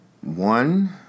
One